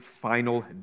final